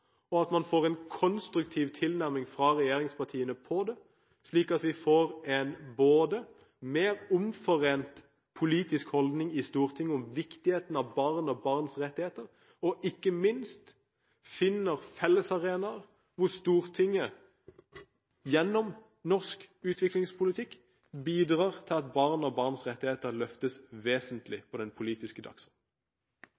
og at man her får en konstruktiv tilnærming fra regjeringspartienes side, slik at vi får både en mer omforent politisk holdning i Stortinget til viktigheten av barn og barns rettigheter, og, ikke minst, finner fellesarenaer hvor Stortinget gjennom norsk utviklingspolitikk bidrar til at barn og barns rettigheter løftes vesentlig